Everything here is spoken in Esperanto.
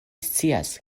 scias